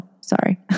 sorry